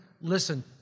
listen